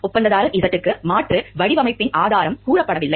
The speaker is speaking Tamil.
ஒப்பந்ததாரர் Z க்கு மாற்று வடிவமைப்பின் ஆதாரம் கூறப்படவில்லை